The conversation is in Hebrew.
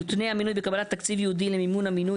יותנה המינוי בקבלת תקציב ייעודי למימן המינוי